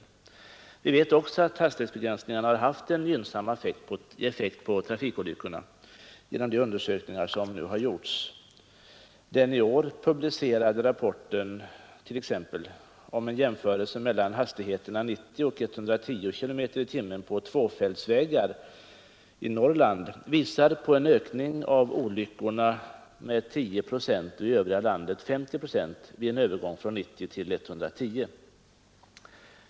Genom de undersökningar som nu har gjorts vet vi också att hastighetsbegränsningarna har haft en gynnsam effekt på trafikolyckorna. Den i år publicerade rapporten med en jämförelse av olycksfallssiffrorna vid en övergång från 90 till 110 km/tim. på tvåfältsvägar visar t.ex. en ökning av olyckorna i Norrland med 10 procent och i det övriga landet med 50 procent.